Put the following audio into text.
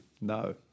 no